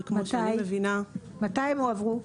וכמו שאני מבינה --- מתי הם הועברו?